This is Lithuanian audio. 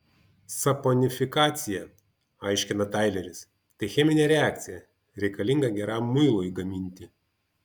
saponifikacija aiškina taileris tai cheminė reakcija reikalinga geram muilui gaminti